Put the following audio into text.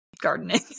gardening